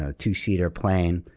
ah two-seater plane,